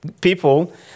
people